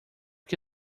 que